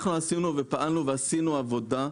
אנחנו פעלנו ועשינו עבודה,